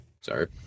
Sorry